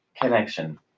Connection